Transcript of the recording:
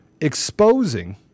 exposing